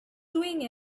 doing